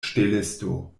ŝtelisto